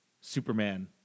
Superman